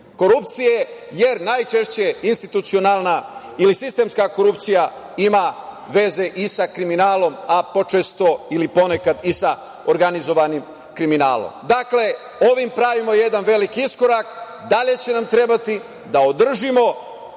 korupcije, jer najčešće institucionalna ili sistemska korupcija ima veze i sa kriminalom, a počesto ili ponekad i sa organizovanim kriminalom. Dakle, ovim pravimo jedan veliki iskorak. Dalje će nam trebati da održimo